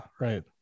right